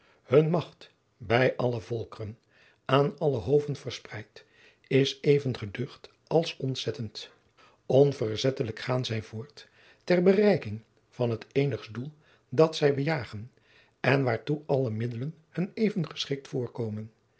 hun macht bij alle volkeren aan alle hoven verspreid is even geducht als ontzettend onverzettelijk gaan zij voort ter bereiking van het eenigst doel dat zij bejagen en waartoe alle middelen hun even geschikt voorkomen